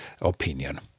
opinion